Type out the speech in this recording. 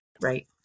Right